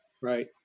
right